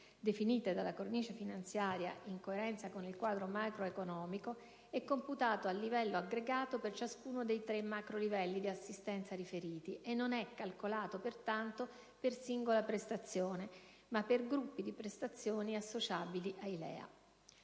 noto, dalla cornice finanziaria in coerenza con il quadro macroeconomico - comporta che esso sia computato a livello aggregato per ciascuno dei tre macrolivelli di assistenza prima riferiti, e non sia calcolato, pertanto, per singola prestazione, ma per gruppi di prestazioni associabili ai